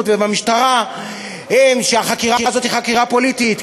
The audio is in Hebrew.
ובמשטרה הן שהחקירה הזאת היא חקירה פוליטית.